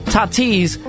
Tatis